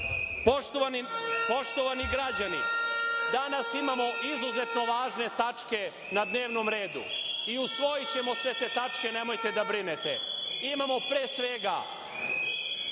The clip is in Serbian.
sličnih. Poštovani građani, danas imamo izuzetno važne tačke na dnevnom redu i usvojićemo sve te tačke, nemojte da brinete. Imamo, pre svega,